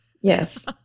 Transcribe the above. Yes